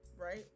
right